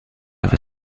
have